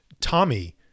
Tommy